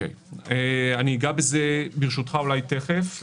אני אגע בזה, ברשותך, תיכף.